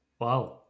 Wow